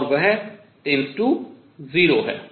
और वह → 0 है